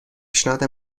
پیشنهاد